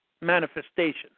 manifestation